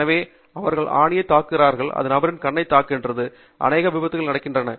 எனவே அவர்கள் ஆணியைத் தாக்குகிறார்கள் அது நபரின் கண் தாக்குகிறது அநேக விபத்துகள் நடக்கிறது